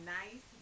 nice